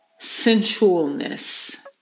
Sensualness